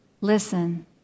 Listen